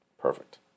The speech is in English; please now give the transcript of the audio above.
Perfect